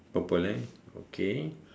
purple eh okay